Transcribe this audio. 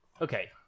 Okay